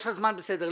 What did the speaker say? יש לך זמן, בסדר.